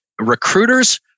recruiters